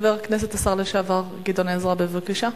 חבר הכנסת השר לשעבר גדעון עזרא, בבקשה.